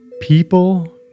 People